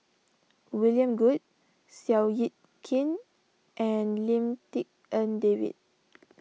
William Goode Seow Yit Kin and Lim Tik En David